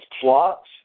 plots